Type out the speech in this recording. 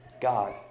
God